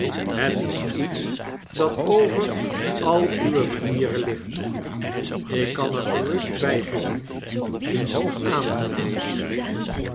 het is iets dat over al uwe manieren ligt ik kan er gerust bijvoegen iets aangenaams